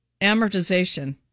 Amortization